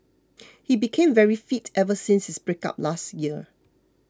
he became very fit ever since his breakup last year